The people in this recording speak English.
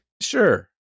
Sure